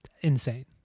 insane